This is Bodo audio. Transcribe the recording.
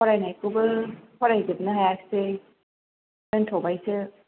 फरायनायखौबो फरायजोबनो हायासै दोन्थबायसो